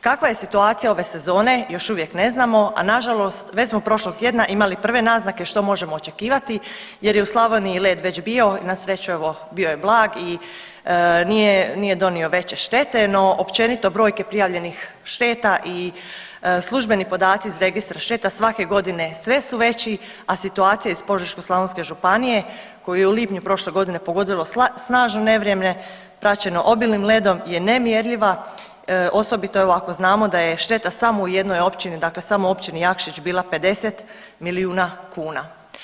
Kakva je situacija ove sezone još uvijek ne znamo, a nažalost već smo prošlog tjedna imali prve naznake što možemo očekivati jer je u Slavoniji led već bio, na sreću evo bio je blag i nije donio veće štete, no općenito brojke prijavljivanih šteta i službeni podaci iz registra šteta svake godine sve su veći, a situacija iz Požeško-slavonske županije koju je u lipnju prošle godine pogodilo snažno nevrijeme praćeno obilnim ledom je nemjerljiva, osobito ako znamo da je šteta samo u jednoj općini, dakle samo Općini Jakšić bila 50 milijuna kuna.